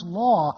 law